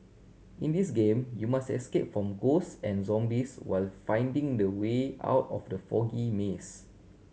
in this game you must escape from ghost and zombies while finding the way out of the foggy maze